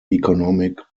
economic